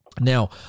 Now